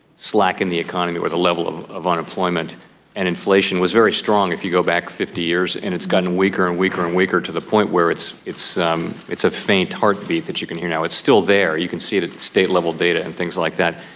slack in the economy where the level of of unemployment and inflation was very strong if you go back fifty years, and it's gotten weaker and weaker and weaker to the point where it's it's um a faint heartbeat that you can hear now. it's still there. you can see it at the state-level data and things like that.